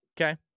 Okay